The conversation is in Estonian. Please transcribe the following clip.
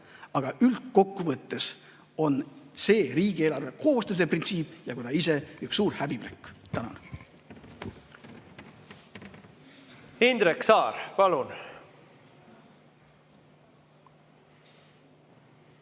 Aga üldkokkuvõttes on see riigieelarve koostamise printsiip ja ka ta ise üks suur häbiplekk. Tänan! Indrek Saar, palun!